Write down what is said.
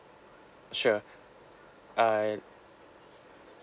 sure uh